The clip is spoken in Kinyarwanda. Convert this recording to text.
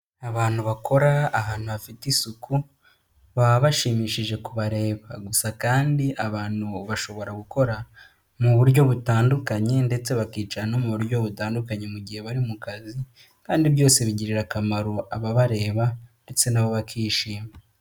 Abantu bakora ahantu hafite isuku baba bashimishije kubareba, gusa kandi abantu bashobora gukora mu buryo butandukanye ndetse bakicara no mu buryo butandukanye mu gihe bari mu kazi, kandi byose bigirira akamaro ababareba ndetse na bo bakishima.